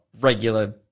regular